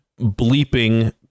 bleeping